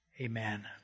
amen